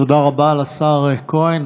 תודה רבה לשר כהן.